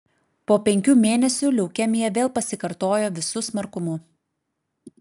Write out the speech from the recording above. po penkių mėnesių leukemija vėl pasikartojo visu smarkumu